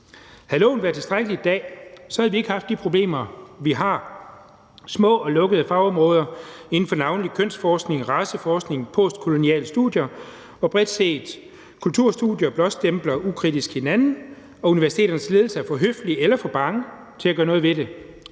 Havde loven været tilstrækkelig i dag, havde vi ikke haft de problemer, vi har: små og lukkede fagområder inden for navnlig kønsforskning, raceforskning, postkoloniale studier og bredt set, at kulturstudier ukritisk blåstempler hinanden og universiteternes ledelser er for høflige eller for bange til at gøre noget ved det.